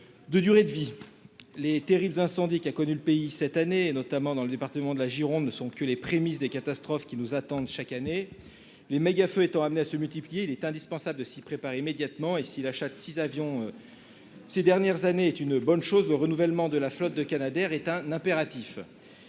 de durée de vie. Les terribles incendies qu'a connus le pays cette année, notamment dans le département de la Gironde, ne sont que les prémices des catastrophes qui nous attendent chaque année. Le nombre de mégafeux étant amené à augmenter, il est indispensable de s'y préparer immédiatement. Si l'achat de 6 avions ces dernières années est une bonne chose, le renouvellement de la flotte de Canadair est un impératif.